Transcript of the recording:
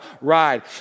ride